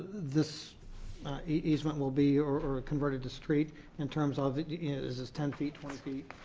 this easement will be or converted to street in terms of is this ten feet, twenty feet?